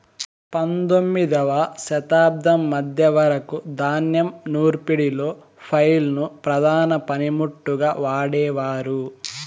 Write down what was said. పందొమ్మిదవ శతాబ్దం మధ్య వరకు ధాన్యం నూర్పిడిలో ఫ్లైల్ ను ప్రధాన పనిముట్టుగా వాడేవారు